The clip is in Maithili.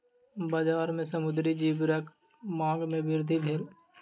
बजार में समुद्री सीवरक मांग में वृद्धि भेल